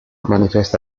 manifesta